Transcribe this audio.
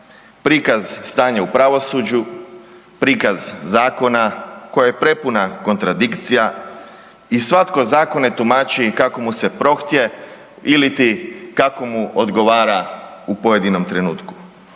prikaz stanja u pravosuđu, prikaz zakona koja je prepuna kontradikcija i svatko zakone tumači kako mu se prohtije ili ti kako mu odgovara u pojedinom trenutku.